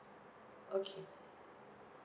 okay